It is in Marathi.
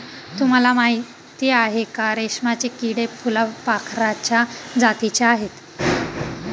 तुम्हाला माहिती आहे का? रेशमाचे किडे फुलपाखराच्या जातीचे आहेत